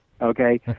okay